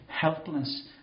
Helpless